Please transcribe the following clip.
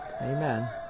Amen